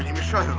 mushrooms.